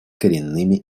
коренными